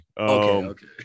Okay